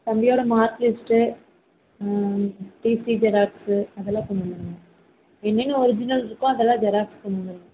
தம்பியோட mark list TC xerox அதெலாம் கொண்டு வந்துருணும் என்னென்ன ஒரிஜினல் இருக்கோ அதெலாம் ஜெராக்ஸ் கொண்டு வந்துருங்க